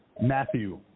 Matthew